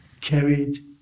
carried